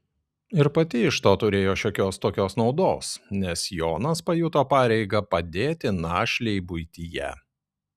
ir pati iš to turėjo šiokios tokios naudos nes jonas pajuto pareigą padėti našlei buityje